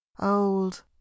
old